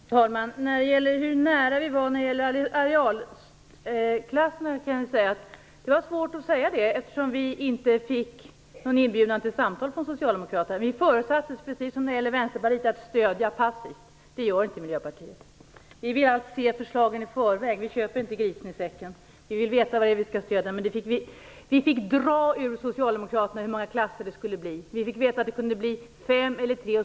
Fru talman! Jag har svårt att säga hur nära Vi var varandra när det gäller arealklasserna. vi fick nämligen inte någon inbjudan till samtal från socialdemokraterna. Vi förutsattes, precis som Vänsterpartiet, stödja passivt. Det gör inte Miljöpartiet. Vi vill allt se förslagen i förväg. Vi köper inte grisen i säcken. Vi vill veta vad det är vi skall stödja. Vi fick dra ur socialdemokraterna hur många klasser det skulle bli. Vi fick veta att det kunde bli fem eller tre.